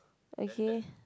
okay